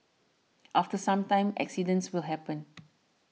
after some time accidents will happen